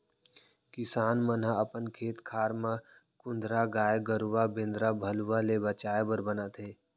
किसान मन ह अपन खेत खार म कुंदरा गाय गरूवा बेंदरा भलुवा ले बचाय बर बनाथे